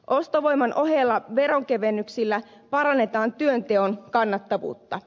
ostovoiman ohella veronkevennyksillä parannetaan työnteon kannattavuutta